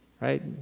Right